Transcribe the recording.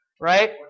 right